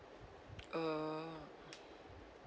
uh